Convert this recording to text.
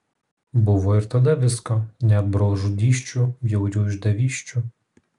buvo ir tada visko net brolžudysčių bjaurių išdavysčių